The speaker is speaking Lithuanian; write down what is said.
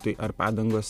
tai ar padangos